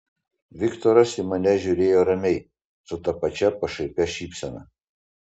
viktoras į mane žiūrėjo ramiai su ta pačia pašaipia šypsena